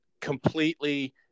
completely